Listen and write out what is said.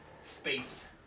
space